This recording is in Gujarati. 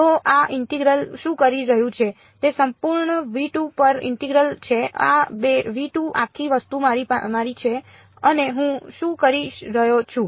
તો આ ઇન્ટિગરલ શું કરી રહ્યું છે તે સંપૂર્ણ પર ઇન્ટિગરલ છે આ આખી વસ્તુ મારી છે અને હું શું કરી રહ્યો છું